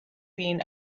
been